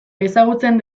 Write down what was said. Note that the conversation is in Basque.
ezagutzen